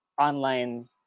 online